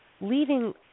leaving